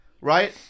Right